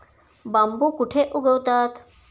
बांबू कुठे उगवतात?